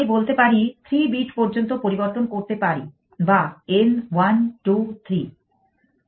আমি বলতে পারি 3 বিট পর্যন্ত পরিবর্তন করতে পারি বা n 1 2 3